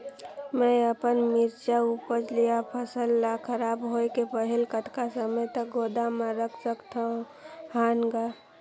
मैं अपन मिरचा ऊपज या फसल ला खराब होय के पहेली कतका समय तक गोदाम म रख सकथ हान ग?